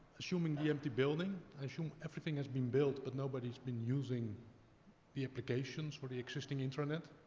assuming the empty building? assuming everything has been built, but nobody's been using the applications or the existing intranet.